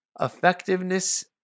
effectiveness